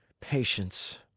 Patience